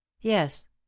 yes